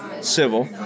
civil